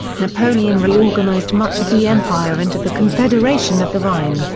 napoleon reorganized much of the empire into the confederation of the rhine,